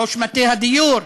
ראש מטה הדיור,